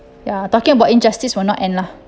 ya talking about injustice will not end lah